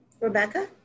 Rebecca